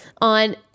on